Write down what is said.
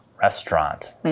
restaurant